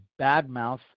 badmouth